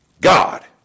God